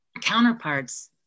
counterparts